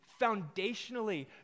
foundationally